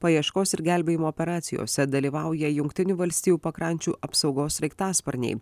paieškos ir gelbėjimo operacijose dalyvauja jungtinių valstijų pakrančių apsaugos sraigtasparniai